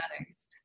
others